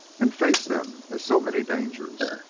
and faced them as so many dangers,